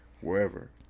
wherever